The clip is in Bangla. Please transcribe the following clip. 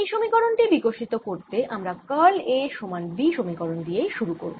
এই সমীকরণ টি বিকশিত করতে আমরা কার্ল A সমান B সমীকরণ দিয়ে শুরু করব